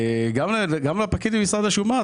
גם לפקיד במשרד השומה,